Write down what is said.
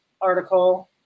article